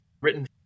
written